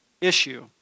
issue